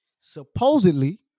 supposedly